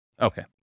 Okay